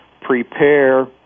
prepare